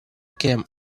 came